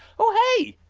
oh hey,